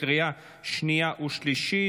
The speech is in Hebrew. לקריאה שנייה ושלישית.